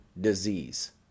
disease